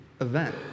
event